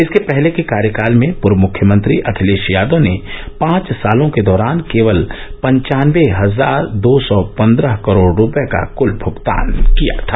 इसके पहले कार्यकाल में पूर्व मुख्यमंत्री अखिलेश यादव ने पांच सालों के दौरान केवल पन्चानवे हजार दो सौ पन्द्रह करोड़ रुपये का क्ल भुगतान किया था